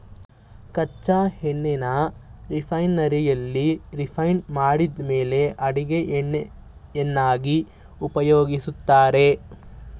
ಕಚ್ಚಾ ಎಣ್ಣೆನ ರಿಫೈನರಿಯಲ್ಲಿ ರಿಫೈಂಡ್ ಮಾಡಿದ್ಮೇಲೆ ಅಡಿಗೆ ಎಣ್ಣೆಯನ್ನಾಗಿ ಉಪಯೋಗಿಸ್ತಾರೆ